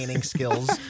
skills